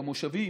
במושבים,